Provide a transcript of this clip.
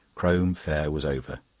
crome fair was over.